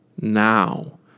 now